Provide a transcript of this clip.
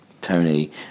Tony